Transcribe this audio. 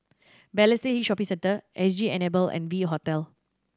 Balestier Hill Shopping Centre S G Enable and V Hotel